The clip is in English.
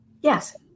yes